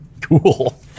Cool